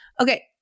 Okay